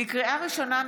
לקריאה ראשונה,